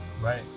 Right